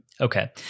Okay